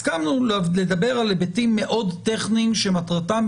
הסכמנו לדבר על היבטים מאוד טכניים שמטרתם,